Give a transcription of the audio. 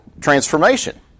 transformation